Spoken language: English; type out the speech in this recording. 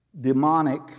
demonic